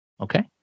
Okay